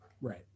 Right